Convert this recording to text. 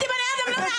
תודה רבה.